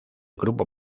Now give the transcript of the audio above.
grupo